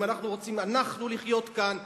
אם אנחנו רוצים לחיות כאן וילדינו,